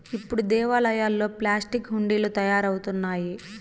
ఇప్పుడు దేవాలయాల్లో ప్లాస్టిక్ హుండీలు తయారవుతున్నాయి